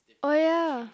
oh ya